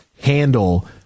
handle